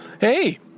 Hey